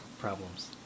problems